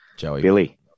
Billy